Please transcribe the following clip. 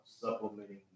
supplementing